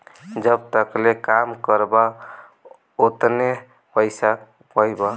जब तकले काम करबा ओतने पइसा पइबा